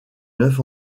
neuf